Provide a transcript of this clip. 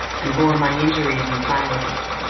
and bore my injuries in silence.